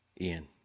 Ian